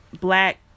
Black